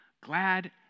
glad